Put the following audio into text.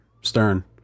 Stern